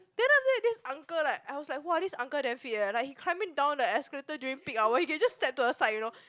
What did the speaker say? then after that this uncle like I was like wah this uncle damn fit eh like he can climb it down the escalator during peak hour he can just step to aside you know